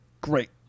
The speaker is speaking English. Great